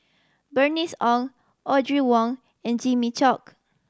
Bernice Ong Audrey Wong and Jimmy Chok